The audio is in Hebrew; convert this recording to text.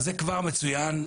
זה כבר מצוין,